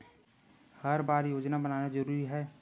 हर बार योजना बनाना जरूरी है?